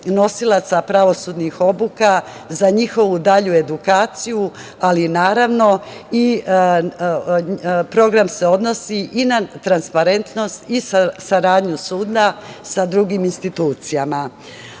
nosilaca pravosudnih obuka, za njihovu dalju edukaciju, ali naravno program se odnosi i na transparentnost i saradnju suda sa drugim institucijama. Ono